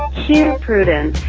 here, prudence.